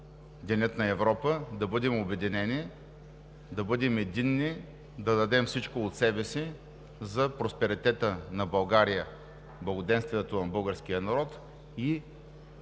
Деня на Европа, да бъдем обединени, да бъдем единни, да дадем всичко от себе си за просперитета на България, благоденствието на българския народ и